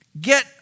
get